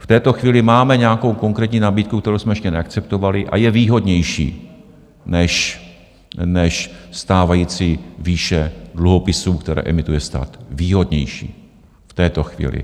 V této chvíli máme nějakou konkrétní nabídku, kterou jsme ještě neakceptovali, a je výhodnější než stávající výše dluhopisů, které emituje stát, výhodnější v této chvíli.